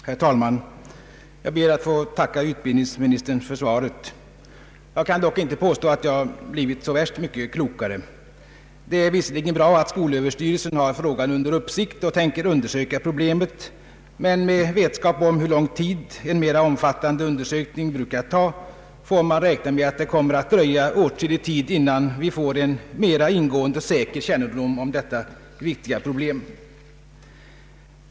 Herr talman! Jag ber att få tacka utbildningsministern för svaret. Jag kan dock inte påstå att jag har blivit så värst mycket klokare. Det är visserligen bra att skolöverstyrelsen har frågan under uppsikt och tänker undersöka problemet, men med vetskap om hur lång tid en mera omfattande undersökning brukar ta får man räkna med att det kommer att dröja åtskillig tid innan vi får en ingående och säker kännedom om detta viktiga problem.